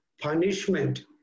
punishment